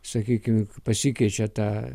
sakykim pasikeičia ta